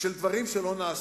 דברים שלא נעשים.